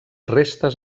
restes